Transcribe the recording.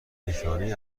نشانهای